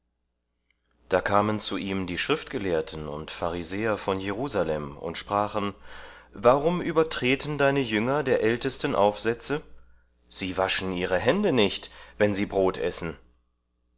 da kamen zu ihm die schriftgelehrten und pharisäer von jerusalem und sprachen warum übertreten deine jünger der ältesten aufsätze sie waschen ihre hände nicht wenn sie brot essen